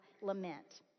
lament